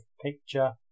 picture